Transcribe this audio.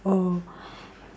or